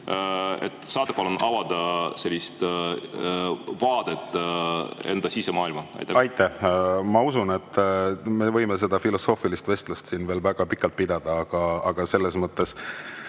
saate palun avada seda vaadet enda sisemaailma? Aitäh! Ma usun, et me võime seda filosoofilist vestlust siin veel väga pikalt pidada. Aga Annely